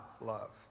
love